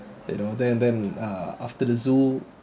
you know then then uh after the zoo